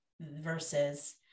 versus